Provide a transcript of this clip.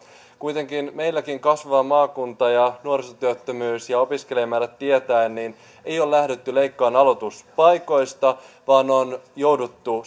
kuitenkaan meilläkään kasvava maakunta ja nuorisotyöttömyys ja opiskelijamäärät tietäen ei ole lähdetty leikkaamaan aloituspaikoista vaan on jouduttu